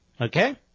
Okay